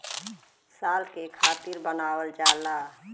साल के खातिर बनावल जाला